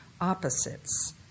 opposites